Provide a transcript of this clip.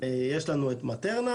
יש לנו את מטרנה,